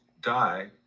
die